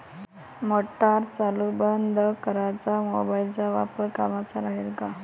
Motor चालू बंद कराच मोबाईलचा वापर कामाचा राहीन का?